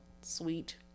sweet